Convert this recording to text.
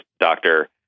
doctor